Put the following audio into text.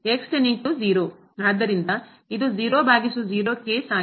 ಆದ್ದರಿಂದ ಇದು 0 ಭಾಗಿಸು 0 ಕೇಸ್ ಆಗಿದೆ